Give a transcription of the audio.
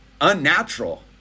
unnatural